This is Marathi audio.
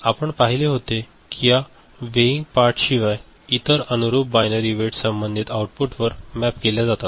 आणि आपण पाहिले होते की या वेइंग पार्टशिवाय इतर अनुरूप बायनरी वेट्स संबंधित आउटपुटवर मॅप केल्या जातात